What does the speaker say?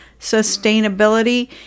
sustainability